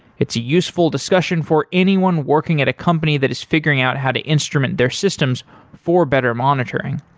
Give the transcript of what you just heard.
it's a useful discussion for anyone working at a company that is figuring out how to instrument their systems for better monitoring.